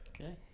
Okay